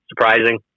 surprising